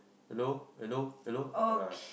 hello hello hello